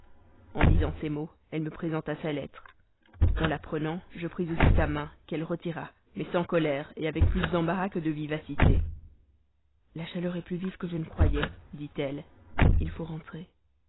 en disant ces mots elle me présenta sa lettre en la prenant je pris aussi sa main qu'elle retira mais sans colère avec plus d'embarras que de vivacité la chaleur est plus vive que je ne croyais dit-elle il faut rentrer